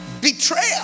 betrayal